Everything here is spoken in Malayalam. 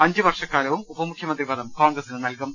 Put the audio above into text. അഞ്ചു വർഷക്കാലവും ഉപമുഖ്യമന്ത്രി പദം കോൺഗ്ര സിന് നൽകും